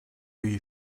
you